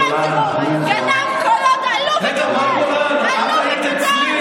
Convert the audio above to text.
גנב קולות עלוב וקטן, זה מה שאתה.